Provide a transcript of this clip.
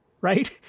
right